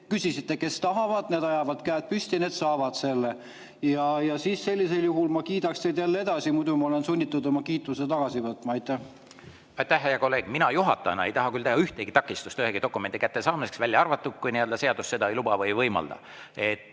ütlesite, et kes tahavad, need ajavad käed püsti ja need saavad selle. Sellisel juhul ma kiidaks teid jälle edasi, muidu ma olen sunnitud oma kiituse tagasi võtma. Aitäh, hea kolleeg! Mina juhatajana ei taha küll teha ühtegi takistust ühegi dokumendi kättesaamiseks, välja arvatud siis, kui seadus seda ei luba või ei võimalda.